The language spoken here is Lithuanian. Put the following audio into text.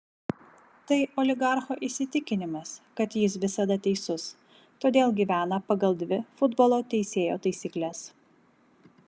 tai oligarcho įsitikinimas kad jis visada teisus todėl gyvena pagal dvi futbolo teisėjo taisykles